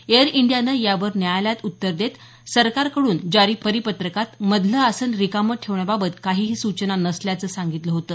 air इंडियानं यावर न्यायालयात उत्तर देत सरकारकडून जारी परिपत्रकात मधलं आसन रिकामं ठेवण्याबाबत काहीही सूचना नसल्याचं सांगितलं होतं